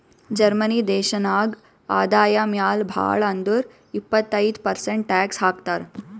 Germany ದೇಶನಾಗ್ ಆದಾಯ ಮ್ಯಾಲ ಭಾಳ್ ಅಂದುರ್ ಇಪ್ಪತ್ತೈದ್ ಪರ್ಸೆಂಟ್ ಟ್ಯಾಕ್ಸ್ ಹಾಕ್ತರ್